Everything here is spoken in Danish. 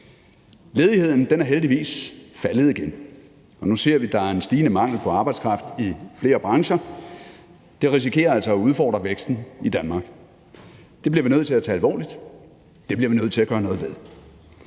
Ledigheden er heldigvis faldet igen, og nu ser vi, at der er en stigende mangel på arbejdskraft i flere brancher. Det risikerer altså at udfordre væksten i Danmark. Det bliver vi nødt til at tage alvorligt. Det bliver vi nødt til at gøre noget ved.